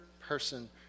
person